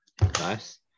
Nice